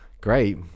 Great